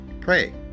pray